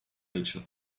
rachel